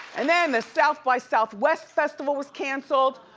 and then the south by southwest festival was canceled,